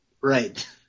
Right